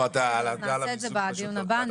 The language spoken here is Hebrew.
נעשה את זה בדיון הבא.